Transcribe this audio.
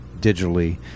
digitally